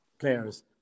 players